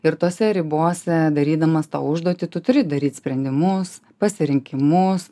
ir tose ribose darydamas tą užduotį tu turi daryt sprendimus pasirinkimus